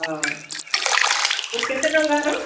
ହଁ ଆଉ କେତେ ଟଙ୍କାର